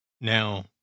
Now